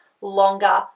longer